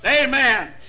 Amen